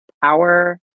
Power